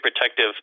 protective